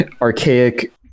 archaic